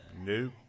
no